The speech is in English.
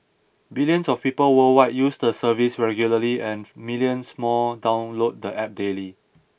billions of people worldwide use the service regularly and millions more download the App daily